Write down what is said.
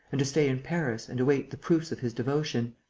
and to stay in paris and await the proofs of his devotion.